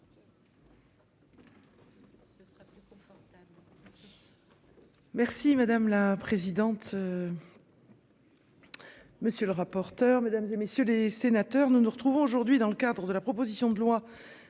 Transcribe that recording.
Merci madame la présidente.-- Monsieur le rapporteur, mesdames et messieurs les sénateurs, nous nous retrouvons aujourd'hui dans le cadre de la proposition de loi